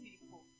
people